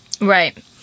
Right